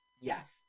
Yes